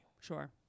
Sure